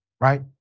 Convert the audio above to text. right